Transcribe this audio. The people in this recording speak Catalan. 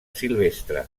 silvestre